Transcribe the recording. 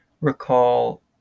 recall